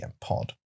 pod